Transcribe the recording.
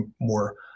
more